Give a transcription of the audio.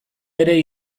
ere